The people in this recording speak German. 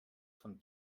von